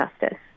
justice